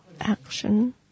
action